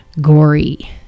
gory